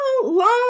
long